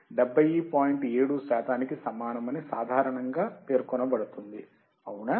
7 శాతానికి సమానమని సాధారణంగా పేర్కొనబడుతుంది అవునా